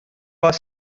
was